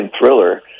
thriller